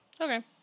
Okay